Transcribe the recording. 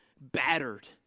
battered